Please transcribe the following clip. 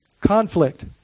conflict